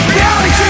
Reality